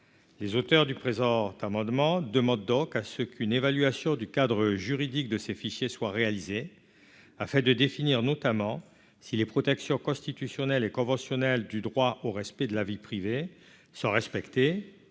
les auteurs du présent amendement demande donc à ce qu'une évaluation du cadre juridique de ces fichiers soit réalisée afin de définir, notamment si les protections constitutionnelles et conventionnelles du droit au respect de la vie privée sont respectées